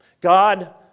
God